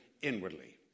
inwardly